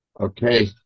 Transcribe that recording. Okay